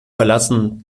verlassen